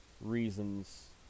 Reasons